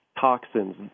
toxins